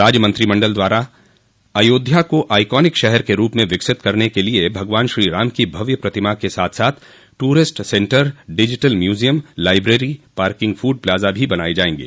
राज्य मंत्रिमण्डल ने अयोध्या को ऑईकॉनिक शहर के रूप में विकसित करने के लिए भगवान श्री राम की भव्य प्रतिमा के साथ साथ tourist centre digital museum library parking food plaza भी बनाये जायेंगे